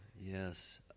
Yes